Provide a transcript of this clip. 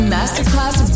Masterclass